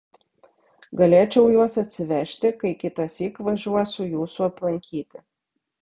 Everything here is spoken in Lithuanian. galėčiau juos atsivežti kai kitąsyk važiuosiu jūsų aplankyti